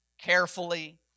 Carefully